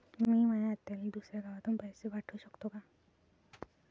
मी माया आत्याले दुसऱ्या गावातून पैसे पाठू शकतो का?